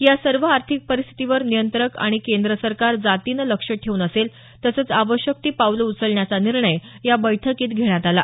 या सर्व आर्थिक परिस्थितीवर नियंत्रक आणि केंद्र सरकार जातीने लक्ष ठेवून असेल तसंच आवश्यक ती पावलं उचलण्याचा निर्णय या बैठकीत घेण्यात आला